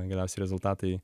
geriausi rezultatai